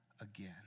again